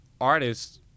artists